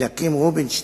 אליקים רובינשטיין,